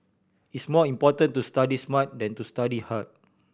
it's more important to study smart than to study hard